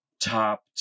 top